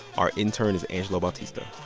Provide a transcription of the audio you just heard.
our intern is angelo bautista.